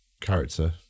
character